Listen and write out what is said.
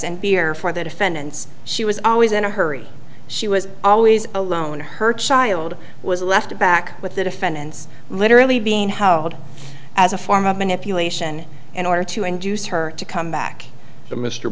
and beer for the defendants she was always in a hurry she was always alone her child was left back with the defendants literally being household as a form of manipulation in order to induce her to come back